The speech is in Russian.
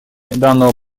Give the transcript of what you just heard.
данного